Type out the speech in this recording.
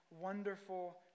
wonderful